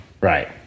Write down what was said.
right